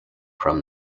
from